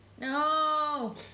No